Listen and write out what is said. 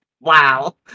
Wow